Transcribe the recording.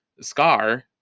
Scar